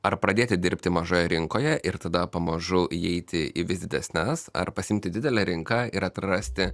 ar pradėti dirbti mažoje rinkoje ir tada pamažu įeiti į vis didesnes ar pasiimti didelę rinką ir atrasti